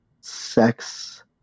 sex